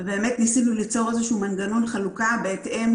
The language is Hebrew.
וניסינו ליצור איזשהו מנגנון חלוקה בהתאם